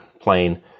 plane